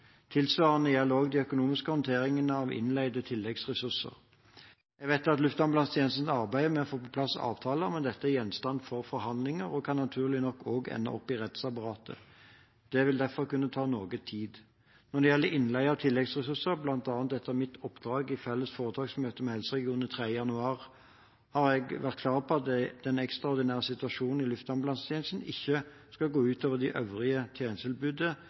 Tilsvarende gjelder også for den økonomiske håndteringen av innleie av tilleggsressurser. Jeg vet at luftambulansetjenesten arbeider med å få på plass avtaler, men dette er gjenstand for forhandlinger og kan naturlig nok ende opp i rettsapparatet. Dette vil derfor kunne ta noe tid. Når det gjelder innleie av tilleggsressurser, bl.a. etter mitt oppdrag i felles foretaksmøte med helseregionene 3. januar, har jeg vært klar på at den ekstraordinære situasjonen i luftambulansetjenesten ikke skulle gå ut over det øvrige tjenestetilbudet